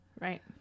Right